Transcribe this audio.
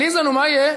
עליזה, נו, מה יהיה?